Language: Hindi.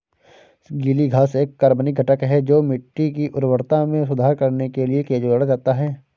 गीली घास एक कार्बनिक घटक है जो मिट्टी की उर्वरता में सुधार करने के लिए जोड़ा जाता है